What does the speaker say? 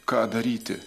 ką daryti